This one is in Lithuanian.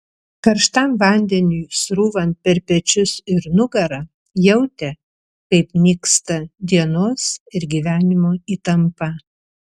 karštam vandeniui srūvant per pečius ir nugarą jautė kaip nyksta dienos ir gyvenimo įtampa